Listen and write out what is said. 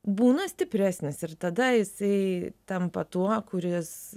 būna stipresnis ir tada jisai tampa tuo kuris